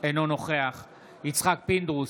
אינו נוכח יצחק פינדרוס,